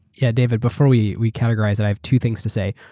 yeah. david, before we we categorize that, i have two things to say.